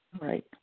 right